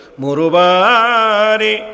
murubari